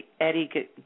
Eddie